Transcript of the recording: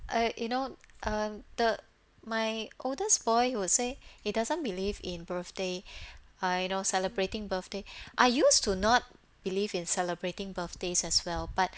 I you know um the my oldest boy he will say he doesn't believe in birthday uh you know celebrating birthday I used to not believe in celebrating birthdays as well but